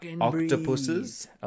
Octopuses